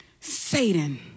Satan